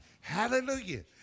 Hallelujah